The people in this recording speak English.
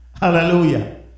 Hallelujah